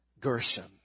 Gershom